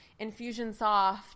Infusionsoft